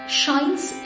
shines